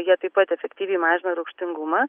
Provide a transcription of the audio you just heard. jie taip pat efektyviai mažina rūgštingumą